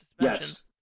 Yes